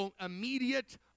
immediate